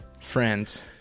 Friends